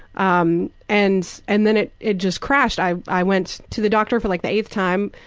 um and and then it it just crashed. i i went to the doctor for like the eighth time,